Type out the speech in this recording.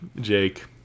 Jake